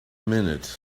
minute